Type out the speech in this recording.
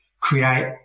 create